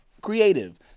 creative